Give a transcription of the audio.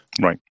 Right